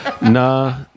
Nah